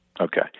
Okay